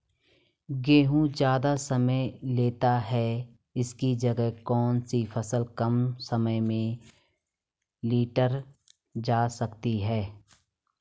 गेहूँ ज़्यादा समय लेता है इसकी जगह कौन सी फसल कम समय में लीटर जा सकती है?